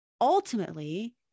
ultimately